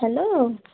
hello